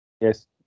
Yes